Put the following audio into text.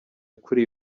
kuri